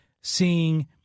seeing